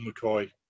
McCoy